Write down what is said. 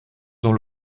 dans